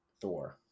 Thor